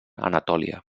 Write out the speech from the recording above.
anatòlia